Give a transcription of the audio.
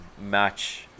match